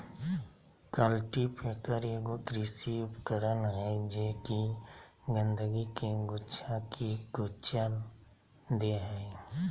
cultipacker एगो कृषि उपकरण हइ जे कि गंदगी के गुच्छा के कुचल दे हइ